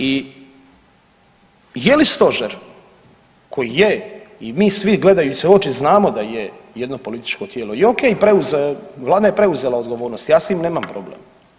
I je li Stožer koji je i mi svi gledajući u oči znamo da je jedno političko tijelo i o.k. Vlada je preuzela odgovornost, ja s tim nemam problem.